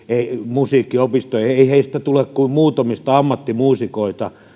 musiikkiopistoihin ei ei heistä tule kuin muutamista ammattimuusikoita